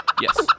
Yes